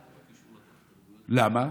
למה?